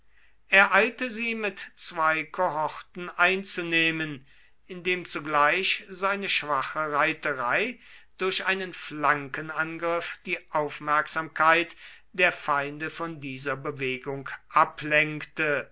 eilte sie mit zwei kohorten einzunehmen indem zugleich seine schwache reiterei durch einen flankenangriff die aufmerksamkeit der feinde von dieser bewegung ablenkte